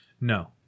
No